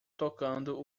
tocando